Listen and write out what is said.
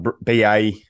BA